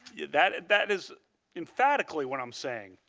yeah that that is emphatically what i am saying.